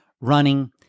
running